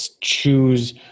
choose